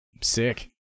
Sick